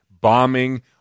bombing